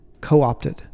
co-opted